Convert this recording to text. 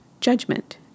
judgment